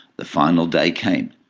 the final day came.